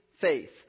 faith